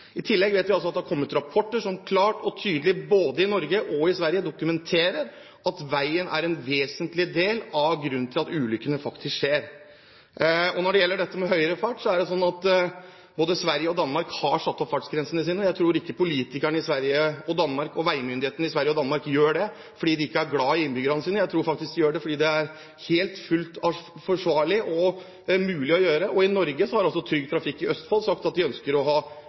I tillegg vet vi at det har kommet rapporter som klart og tydelig, både i Norge og i Sverige, dokumenterer at veien er en vesentlig grunn til at ulykkene faktisk skjer. Når det gjelder dette med høyere fart, er det sånn at både Sverige og Danmark har satt opp fartsgrensene sine. Jeg tror ikke politikerne og veimyndighetene i Sverige og Danmark gjør det fordi de ikke er glad i innbyggerne sine, jeg tror faktisk de gjør det fordi det er fullt ut forsvarlig og mulig å gjøre. I Norge har altså Trygg Trafikk i Østfold sagt at de ønsker å ha